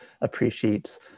appreciates